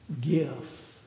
Give